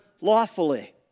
lawfully